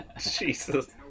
Jesus